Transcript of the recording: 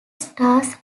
stars